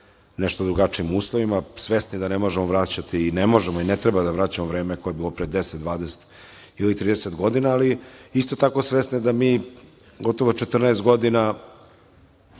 nešto drugačijim uslovima i svesni da ne možemo vraćati i ne treba da vraćamo vreme koje je bilo pre 10,20 godina ili 30 godina, ali isto tako svesni da mi gotovo 14 godina